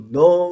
no